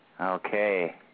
okay